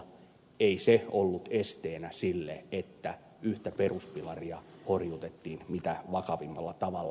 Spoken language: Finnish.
ei se ollut esteenä sille että yhtä peruspilaria horjutettiin mitä vakavimmalla tavalla